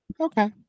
Okay